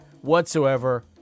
whatsoever